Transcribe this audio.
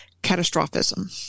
catastrophism